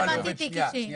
לא הבנתי תיק אישי.